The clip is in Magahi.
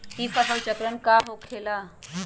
ई फसल चक्रण का होला?